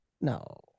no